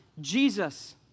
Jesus